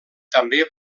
també